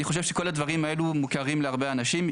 אני חושב שכל הדברים האלו מוכרים להרבה אנשים,